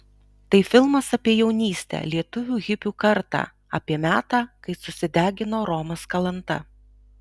tai filmas apie jaunystę lietuvių hipių kartą apie metą kai susidegino romas kalanta